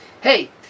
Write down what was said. hey